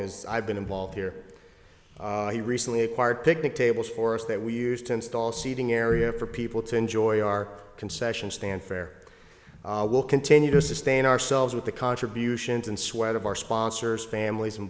as i've been involved here he recently acquired picnic tables for us that we use to install seating area for people to enjoy our concession stand fare we'll continue to sustain ourselves with the contributions and sweat of our sponsors families and